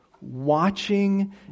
watching